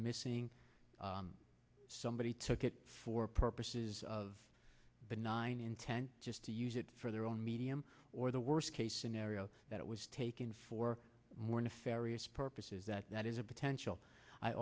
missing somebody took it for purposes of benign intent just to use it for their own medium or the worst case scenario that it was taken for more nefarious purposes that that is a potential i